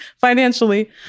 financially